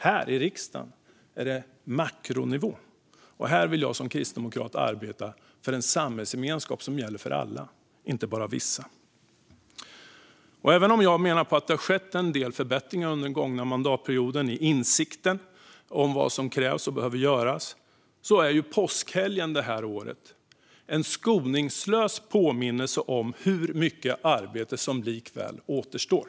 Här i riksdagen är det makronivå, och här vill jag som kristdemokrat arbeta för en samhällsgemenskap för alla, inte bara för vissa. Även om jag menar att det har skett en del förbättringar under den gångna mandatperioden när det gäller insikten om vad som krävs och behöver göras är påskhelgen det gångna året en skoningslös påminnelse om hur mycket arbete som likväl återstår.